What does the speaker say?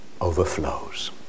overflows